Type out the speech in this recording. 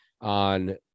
on